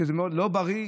שזה מאוד לא בריא,